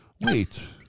Wait